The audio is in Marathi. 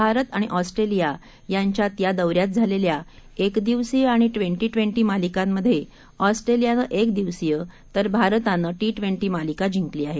भारत आणि आस्ट्रेलिया यांच्यात या दौऱ्यात झालेल्या एकदिवसीय आणि ट्वेंटी ट्वेंटी मालिकांमधे ऑस्ट्रेलियानं एकदिवसीय तर भारतानं टी ट्वेटी मालिक जिंकली आहे